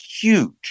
huge